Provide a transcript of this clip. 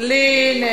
לי נאמר, אין.